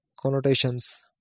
connotations